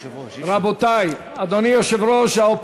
היושב-ראש, אי-אפשר ככה.